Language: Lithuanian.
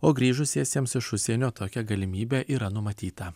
o grįžusiesiems iš užsienio tokia galimybė yra numatyta